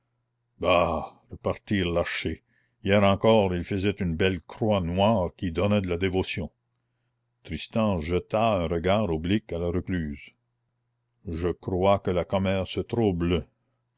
bah repartir l'archer hier encore ils faisaient une belle croix noire qui donnait de la dévotion tristan jeta un regard oblique à la recluse je crois que la commère se trouble